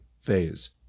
phase